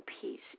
peace